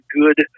good